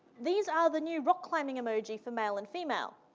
these are the new rock climbing emoji for male and female.